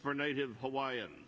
for native hawaiian